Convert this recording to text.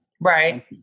Right